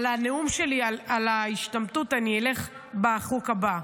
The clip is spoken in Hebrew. על הנאום שלי על ההשתמטות אני אלך בחוק הבא.